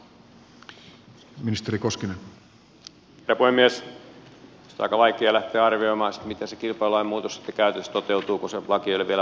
minusta on aika vaikea lähteä arvioimaan sitä miten se kilpailulain muutos sitten käytännössä toteutuu kun se laki ei ole vielä voimassakaan